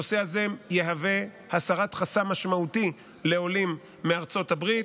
הנושא הזה יהווה הסרת חסם משמעותי לעולים מארצות הברית,